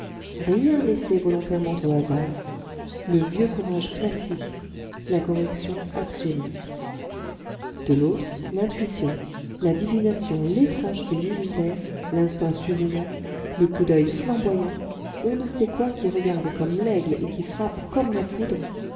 rien laissé volontairement au hasard le vieux courage classique la correction absolue de l'autre l'intuition la divination l'étrangeté militaire l'instinct surhumain le coup d'oeil flamboyant on ne sait quoi qui regarde comme l'aigle et qui frappe comme la foudre